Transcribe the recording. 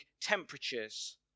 temperatures